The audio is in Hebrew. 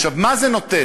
עכשיו, מה זה נותן?